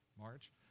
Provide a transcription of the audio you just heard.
March